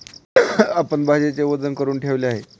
आपण भाज्यांचे वजन करुन ठेवले आहे